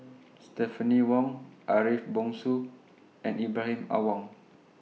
Stephanie Wong Ariff Bongso and Ibrahim Awang